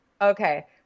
Okay